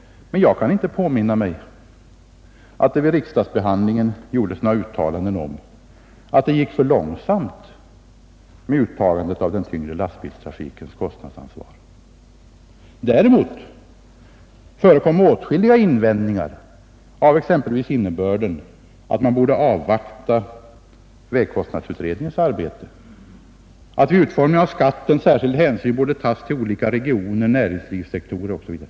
jag kan inte påminna mig att det vid riksdagsbehandlingen gjordes några uttalanden om att det gick för långsamt med uttagandet av den tyngre lastbilstrafikens kostnadsansvar. Däremot förekom åtskilliga invändningar av exempelvis innebörden att man borde avvakta vägkostnadsutredningens arbete, att vid utformandet av skatten särskild hänsyn borde tas till olika regioner, näringslivssektorer osv.